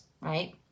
right